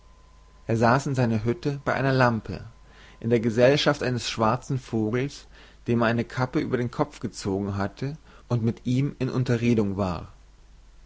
er saß in seiner hütte bei einer lampe in der gesellschaft eines schwarzen vogels dem er eine kappe über den kopf gezogen hatte und mit ihm in unterredung war